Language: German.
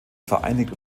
vereinigt